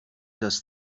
das